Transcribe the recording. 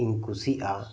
ᱤᱧ ᱠᱩᱥᱤᱜᱼᱟ